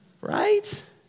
Right